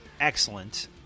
excellent